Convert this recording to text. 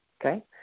okay